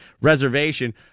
reservation